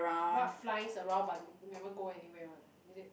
what flies around but never go anywhere one is it